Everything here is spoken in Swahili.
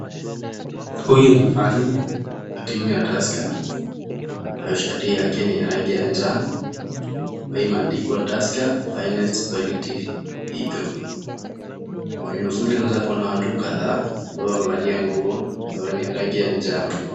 Huyu ni fani, wa timu ya Tusker, shati yake ni rangi ya njano, na imeandikwa Tusker finest quality lager .Kwenye usuli unaweza kuona watu kadhaa, ambao wamevalia nguo ambayo ni ya rangi ya njano.